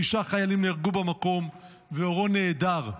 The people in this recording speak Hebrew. שישה חיילים נהרגו במקום ואורון נעדר.